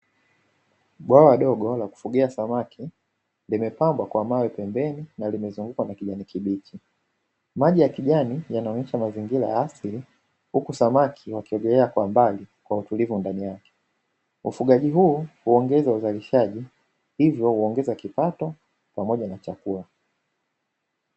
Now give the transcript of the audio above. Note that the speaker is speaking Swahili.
Bwawa dogo la kufugia samaki limepambwa kwa mawe pembeni na limezungukwa na kijani kibichi. Maji ya kijani yanaonyesha mazingira ya asili huku samaki wakiogelea kwa mbali kwa utulivu ndani yake. Ufugaji huu huongeza uzalishaji hivyo huongeza kipato pamoja na chakula.